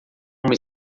uma